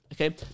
okay